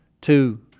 two